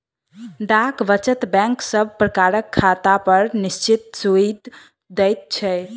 डाक वचत बैंक सब प्रकारक खातापर निश्चित सूइद दैत छै